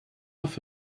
off